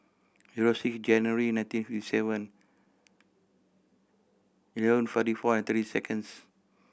zero six January nineteen fifty Seven Eleven forty four and thirty seconds